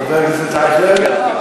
חבר הכנסת אייכלר,